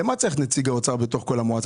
למה צריך נציג האוצר בתוך כל זה?